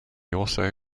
also